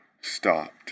stopped